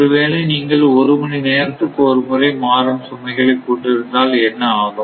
ஒருவேளை நீங்கள் ஒரு மணி நேரத்துக்கு ஒரு முறை மாறும் சுமைகளை கொண்டு இருந்தால் என்ன ஆகும்